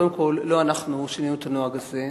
קודם כול, לא אנחנו שינינו את הנוהג הזה,